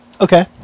Okay